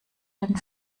den